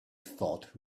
thought